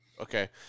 Okay